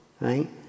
right